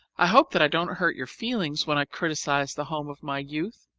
i hope that i don't hurt your feelings when i criticize the home of my youth?